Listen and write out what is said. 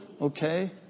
Okay